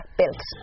built